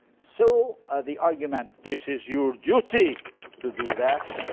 so the argument, this is your duty to do that,